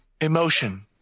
emotion